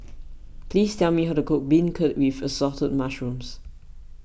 please tell me how to cook Beancurd with Assorted Mushrooms